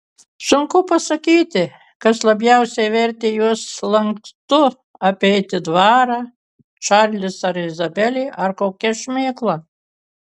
sunku pasakyti kas labiausiai vertė juos lankstu apeiti dvarą čarlis ar izabelė ar kokia šmėkla